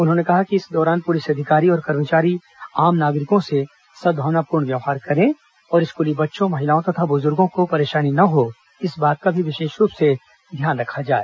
उन्होंने कहा कि इस दौरान पुलिस अधिकारी और कर्मचारी आम नागरिकों से सद्भावनापूर्वक व्यवहार करें और स्कूली बच्चों महिलाओं तथा बुजुर्गों को परेशानी न हो इस बात का भी विशेष रूप से ध्यान रखा जाए